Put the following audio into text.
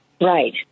Right